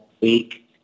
week